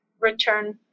return